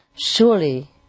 surely